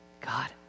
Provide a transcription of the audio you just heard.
God